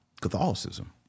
Catholicism